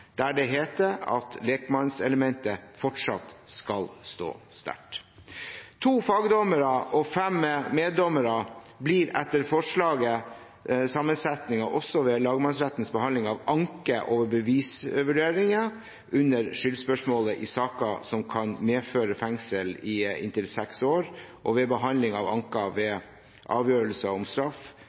der det heter at «lekmannselementet fremdeles skal stå sterkt». To fagdommere og fem meddommere blir etter forslaget sammensetningen også ved lagmannsrettens behandling av anke over bevisvurderingen under skyldspørsmålet i saker som kan medføre fengsel i inntil seks år, og ved behandling av anke over avgjørelse om straff